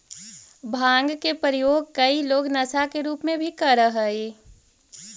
भाँग के प्रयोग कई लोग नशा के रूप में भी करऽ हई